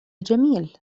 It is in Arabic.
جميل